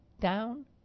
down